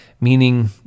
meaning